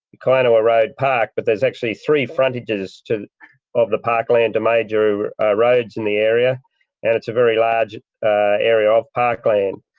kianawah road park but there's actually three frontages to of the parkland to major roads in the area and it's a very large area of parkland.